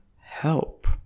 help